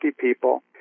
people